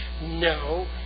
No